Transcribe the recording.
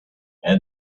and